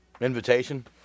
Invitation